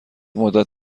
مدت